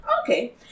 Okay